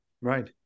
right